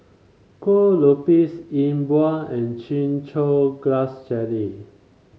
Kue Lupis Yi Bua and Chin Chow Grass Jelly